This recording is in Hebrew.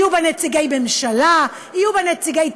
יהיו בה נציגי הממשלה, יהיו בה נציגי ציבור,